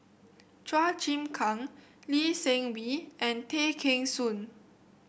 Chua Chim Kang Lee Seng Wee and Tay Kheng Soon